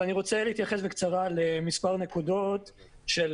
אבל אני רוצה להתייחס בקצרה למספר נקודות של